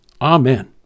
Amen